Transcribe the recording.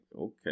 okay